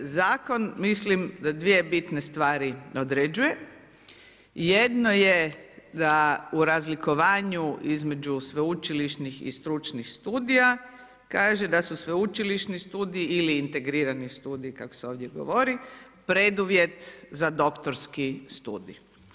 Zakon mislim da dvije bitne ne određuje, jedno je da u razlikovanju između sveučilišnih i stručnih studija, kaže da su sveučilišni studij ili integrirani studij kako se ovdje govori, preduvjet za doktorski studij.